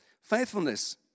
Faithfulness